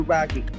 Rocky